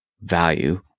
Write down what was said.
value